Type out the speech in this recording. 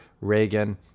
Reagan